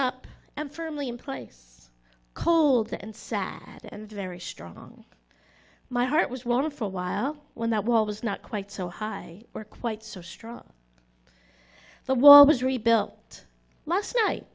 up and firmly in place cold and sad and very strong my heart was warm for a while when that wall was not quite so high or quite so strong the wall was rebuilt last night